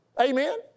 Amen